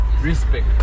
respect